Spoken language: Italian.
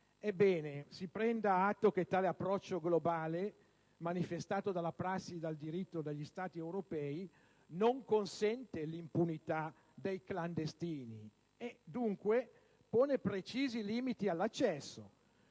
Ebbene, si prenda atto che tale approccio globale, manifestato dalla prassi e dal diritto degli Stati europei, non consente l'impunità dei clandestini e dunque pone precisi limiti all'accesso.